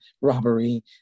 robbery